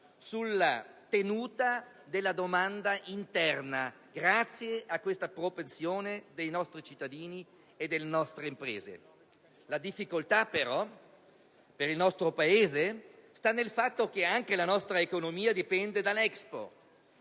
la tenuta della domanda interna, grazie a questa propensione dei nostri cittadini e delle nostre imprese. La difficoltà, però, per il nostro Paese sta nel fatto che anche la nostra economia dipende dall'*export*,